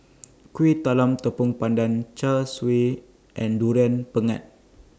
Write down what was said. Kuih Talam Tepong Pandan Char Siu and Durian Pengat